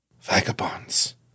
Vagabonds